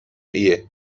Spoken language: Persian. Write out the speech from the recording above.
ایه